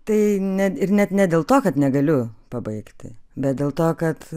tai ne ir net ne dėl to kad negaliu pabaigti bet dėl to kad